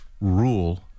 rule